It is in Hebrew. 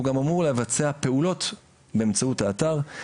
והוא גם אמור לבצע פעולות באמצעות האתר.